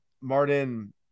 Martin